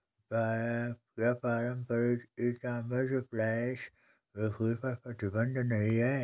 क्या पारंपरिक e commerce flash बिक्री पर प्रतिबंध नहीं है?